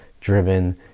driven